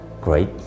great